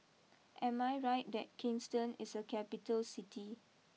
am I right that Kingston is a capital City